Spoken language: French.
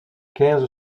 quinze